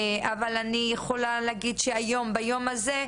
אבל אני יכולה להגיד שאני היום, ביום הזה,